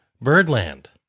Birdland